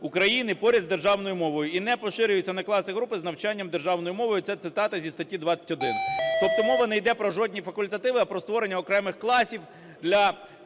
України поряд з державною мовою і не поширюється на класи, групи з навчанням державною мовою". Це цитата зі статті 21. Тобто мова не йде про жодні факультативи, а про створення окремих класів для